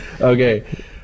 Okay